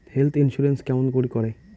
Health insurance কেমন করি করে?